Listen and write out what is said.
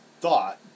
thought